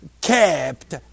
kept